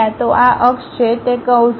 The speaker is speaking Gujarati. તો આ અક્ષ છે તે કર્વ્સ છે